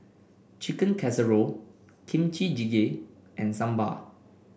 Chicken Casserole Kimchi Jjigae and Sambar